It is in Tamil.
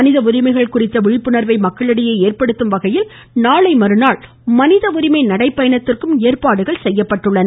மனித உரிமைகள் குறித்த விழிப்புணர்வை மக்களிடையே ஏற்படுத்தும் வகையில் நாளை மறுநாள் மனித உரிமை நடை பயணத்திற்கு ஏற்பாடு செய்யப்பட்டுள்ளது